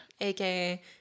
AKA